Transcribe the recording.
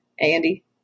Andy